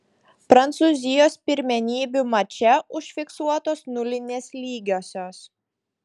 prancūzijos pirmenybių mače užfiksuotos nulinės lygiosios